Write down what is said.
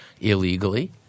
illegally